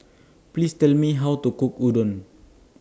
Please Tell Me How to Cook Udon